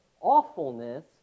awfulness